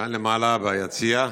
כאן למעלה, ביציע.